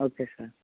okay sir